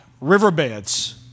riverbeds